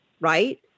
Right